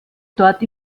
dort